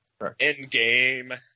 Endgame